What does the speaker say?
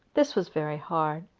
this was very hard.